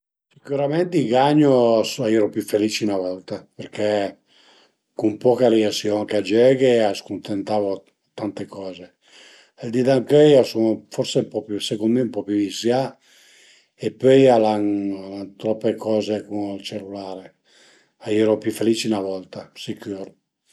Sicürament i gagnu a i eru pi felici 'na volta perché cun poch a riusiu anche a giöghe e a së cuntentavu dë tante coze. Al di d'ëncöi a sun forsi secund mi ën po pi visià e pöi al an trope coze cun ël cellulare, a i eru pi felici 'na volta sicür